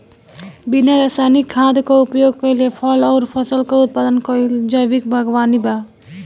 बिना रासायनिक खाद क उपयोग कइले फल अउर फसल क उत्पादन कइल जैविक बागवानी बा